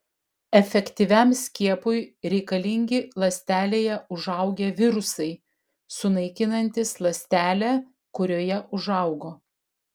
efektyviam skiepui reikalingi ląstelėje užaugę virusai sunaikinantys ląstelę kurioje užaugo